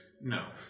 No